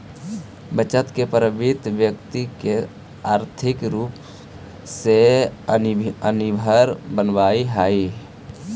बचत के प्रवृत्ति व्यक्ति के आर्थिक रूप से आत्मनिर्भर बनावऽ हई